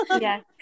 Yes